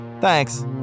Thanks